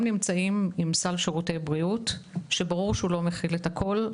נמצאים עם סל שירותי בריאות שברור שהוא לא מכיל את הכל,